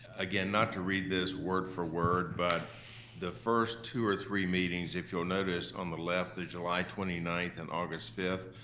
again, not to read this word-for-word, but the first two or three meetings if you'll notice on the left, the july twenty nine and august five,